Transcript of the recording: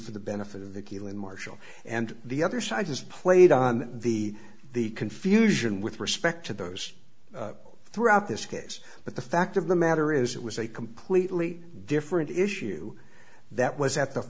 for the benefit of the keel in marshall and the other side as played on the the confusion with respect to those throughout this case but the fact of the matter is it was a completely different issue that was at the